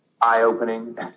eye-opening